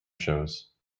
shows